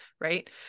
Right